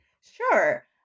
Sure